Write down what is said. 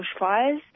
bushfires